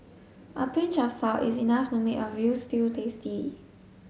a pinch of salt is enough to make a veal stew tasty